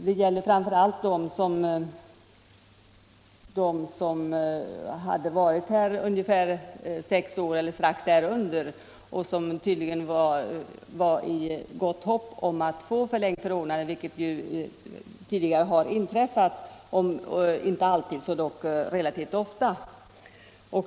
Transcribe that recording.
Det gäller framför allt dem som hade varit här ungefär sex år eller strax därunder och som tydligen hade gott hopp om att få ett förlängt förordnande, vilket ju tidigare har inträffat — om inte alltid, så dock relativt ofta.